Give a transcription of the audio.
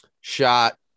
shot